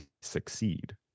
succeed